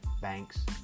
Banks